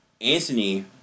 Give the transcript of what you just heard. Anthony